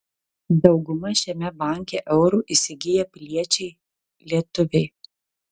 dauguma šiame banke eurų įsigiję piliečiai lietuviai